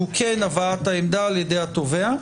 שהוא כן הבאת העמדה על ידי התובע.